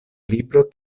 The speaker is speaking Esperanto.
libron